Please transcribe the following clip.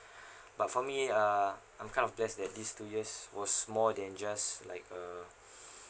but for me uh I'm kind of blessed that these two years was more than just like a